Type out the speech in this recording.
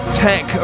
tech